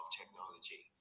technology